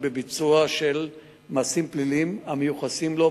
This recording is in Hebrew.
בביצוע של מעשים פליליים המיוחסים לו,